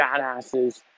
badasses